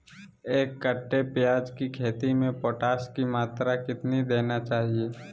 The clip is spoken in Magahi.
एक कट्टे प्याज की खेती में पोटास की मात्रा कितना देना चाहिए?